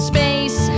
Space